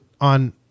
on